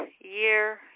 year